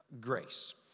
grace